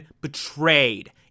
betrayed